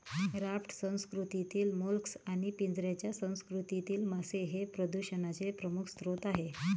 raft संस्कृतीतील मोलस्क आणि पिंजऱ्याच्या संस्कृतीतील मासे हे प्रदूषणाचे प्रमुख स्रोत आहेत